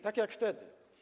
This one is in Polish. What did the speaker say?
Tak jak wtedy.